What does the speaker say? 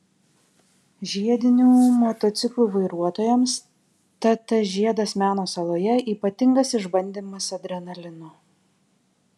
žiedinių motociklų vairuotojams tt žiedas meno saloje ypatingas išbandymas adrenalinu